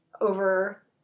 over